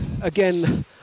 Again